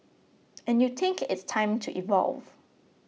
and you think it's time to evolve